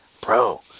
Bro